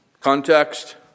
Context